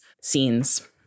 scenes